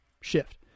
shift